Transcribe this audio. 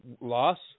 loss